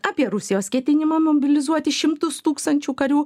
apie rusijos ketinimą mobilizuoti šimtus tūkstančių karių